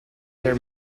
their